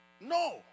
No